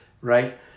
Right